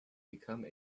become